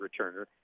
returner